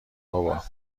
بابا